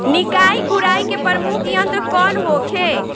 निकाई गुराई के प्रमुख यंत्र कौन होखे?